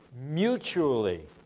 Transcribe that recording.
mutually